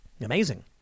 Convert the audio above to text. Amazing